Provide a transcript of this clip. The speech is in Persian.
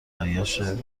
برگشته